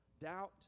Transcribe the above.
Doubt